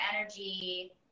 energy